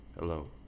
hello